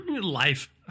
life